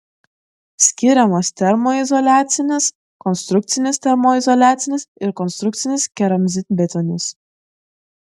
skiriamas termoizoliacinis konstrukcinis termoizoliacinis ir konstrukcinis keramzitbetonis